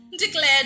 declared